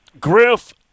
Griff